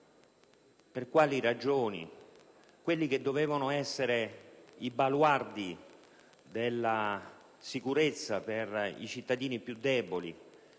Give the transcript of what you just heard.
per quali ragioni quelli che dovevano essere i baluardi della sicurezza per i cittadini più deboli,